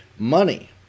Money